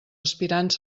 aspirants